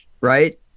right